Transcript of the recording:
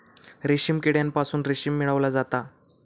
रेशीम किड्यांपासून रेशीम मिळवला जाता